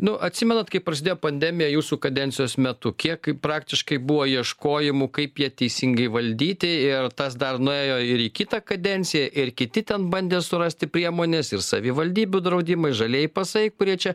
nu atsimenat kaip prasidėjo pandemija jūsų kadencijos metu kiek praktiškai buvo ieškojimų kaip ją teisingai valdyti ir tas dar nuėjo ir į kitą kadenciją ir kiti ten bandė surasti priemones ir savivaldybių draudimai žalieji pasai kurie čia